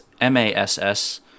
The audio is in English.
M-A-S-S